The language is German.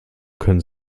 können